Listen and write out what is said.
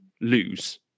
lose